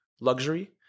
luxury